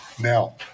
Now